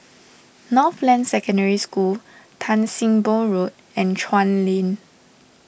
Northland Secondary School Tan Sim Boh Road and Chuan Lane